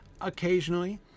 Occasionally